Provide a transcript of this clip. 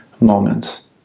moments